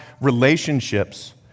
relationships